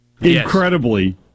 Incredibly